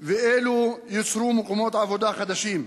ואלו ייצרו מקומות עבודה חדשים.